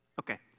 Okay